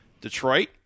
Detroit